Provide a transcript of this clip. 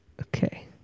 Okay